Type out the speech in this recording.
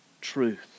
truth